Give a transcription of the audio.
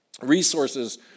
resources